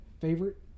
Favorite